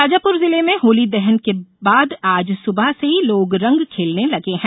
शाजापूर जिले में होली दहन के बाद आज सुबह से ही लोग रंग खेलने लगे हैं